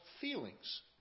feelings